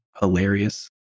hilarious